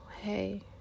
hey